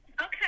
Okay